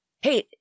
Hey—